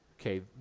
Okay